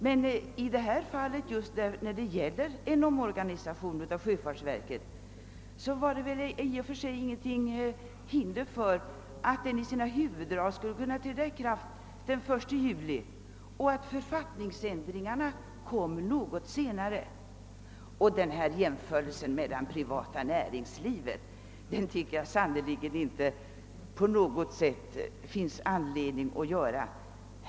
Men eftersom det gäller en omorganisation av sjöfartsverket finns det väl i och för sig inget hinder för att denna i sina huvuddrag skulle kunna träda i kraft den 1 juli och att författningsändringarna skulle kunna komma något senare. En jämförelse med det privata näringslivet finns det i detta sammanhang sannerligen ingen anledning att göra.